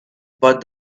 but